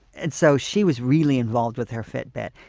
and so she was really involved with her fitbit,